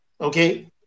okay